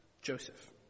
Joseph